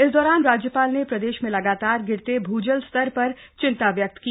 इस दौरान राज्यपाल ने प्रदेश में लगातार गिरते भू जल स्तर पर चिंता व्यक्त की